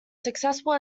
successful